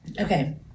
okay